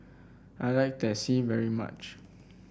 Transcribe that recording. I like Teh C very much